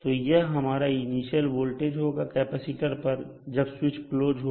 तो यह हमारा इनिशियल वोल्टेज होगा कैपेसिटर पर जब स्विच क्लोज होगा